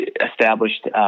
established